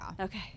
Okay